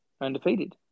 undefeated